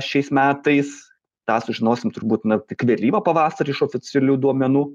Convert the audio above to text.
šiais metais tą sužinosim turbūt na tik vėlyvą pavasarį iš oficialių duomenų